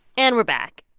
and we're back.